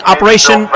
Operation